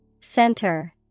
Center